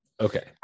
Okay